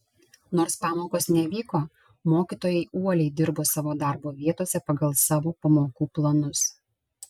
nors pamokos nevyko mokytojai uoliai dirbo savo darbo vietose pagal savo pamokų planus